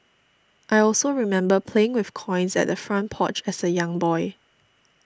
I also remember playing with coins at the front porch as a young boy